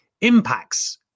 impacts